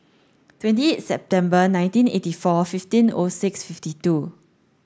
twenty eight September nineteen eighty four fifteen O six fifty two